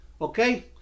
Okay